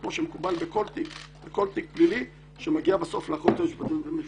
כמו שמקובל בכל תיק פלילי שמגיע בסוף ליועץ המשפטי לממשלה.